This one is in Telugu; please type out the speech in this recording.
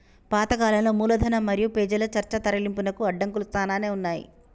పాత కాలంలో మూలధనం మరియు పెజల చర్చ తరలింపునకు అడంకులు సానానే ఉన్నాయి